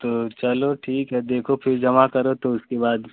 तो चलो ठीक है देखो फ़िर जमा करो तो उसके बाद